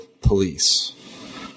police